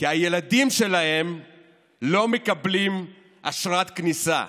כי הילדים שלהם לא מקבלים אשרת כניסה.